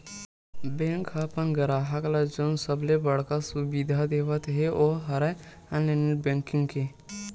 bank ह अपन गराहक ल जउन सबले बड़का सुबिधा देवत हे ओ हरय ऑनलाईन नेट बेंकिंग के